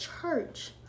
church